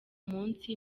munsi